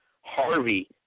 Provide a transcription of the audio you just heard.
Harvey